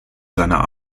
seiner